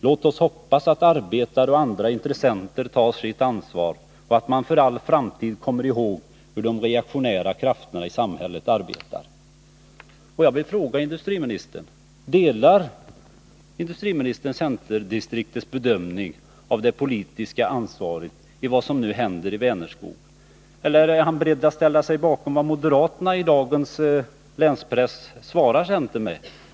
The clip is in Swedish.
Låt oss hoppas att arbetare och andra intressenter tar sitt ansvar och att man för all framtid kommer ihåg hur de reaktionära krafterna i samhället arbetar.” Jag vill fråga industriministern: Delar industriministern centerdistriktets bedömning i fråga om det politiska ansvaret för vad som nu händer i Vänerskog? Eller är industriministern beredd att ställa sig bakom vad moderaterna i dagens länspress svarar centern med?